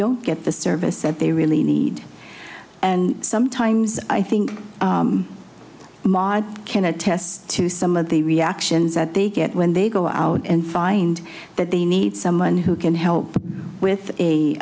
don't get the service that they really need and sometimes i think model can attest to some of the reactions that they get when they go out and find that they need someone who can help them with a